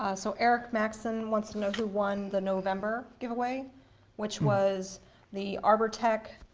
um so eric maxim wants to know who won the november giveaway which was the arbortech